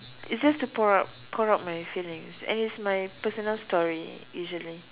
it's just to pour out pour out my feelings and it's my personal story usually